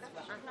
למה זה שווה?